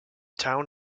town